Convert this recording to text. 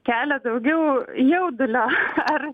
kelia daugiau jaudulio ar